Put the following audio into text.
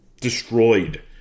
destroyed